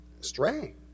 stray